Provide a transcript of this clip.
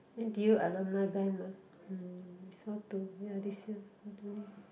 N_T_U alumni band mah mm we saw two ya this year